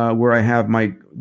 ah where i have